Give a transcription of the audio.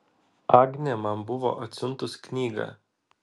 agnė man buvo atsiuntus knygą